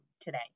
today